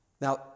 Now